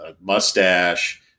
mustache